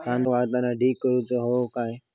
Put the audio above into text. कांदो वाळवताना ढीग करून हवो काय?